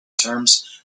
terms